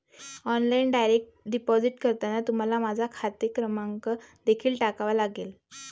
online direct deposit करताना तुम्हाला माझा खाते क्रमांक देखील टाकावा लागेल